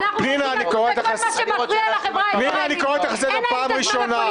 אני קורא אותך לסדר פעם ראשונה.